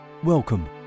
Welcome